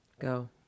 Go